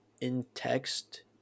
in-text